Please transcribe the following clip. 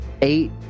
Eight